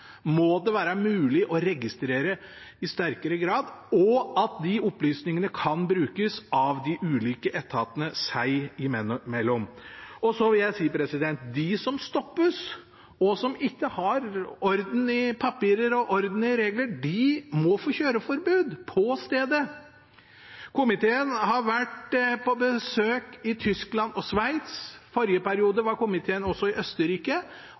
må det være mulig å registrere i sterkere grad, og de opplysningene må kunne brukes av de ulike etatene seg imellom. Så vil jeg si at de som stoppes og ikke har orden i papirer og orden i regler, må få kjøreforbud på stedet. Komiteen har vært på besøk i Tyskland og Sveits, forrige periode var komiteen også i Østerrike,